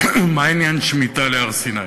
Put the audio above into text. מה עניין שמיטה אצל הר-סיני?